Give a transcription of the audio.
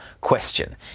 question